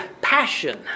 passion